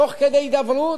תוך כדי הידברות,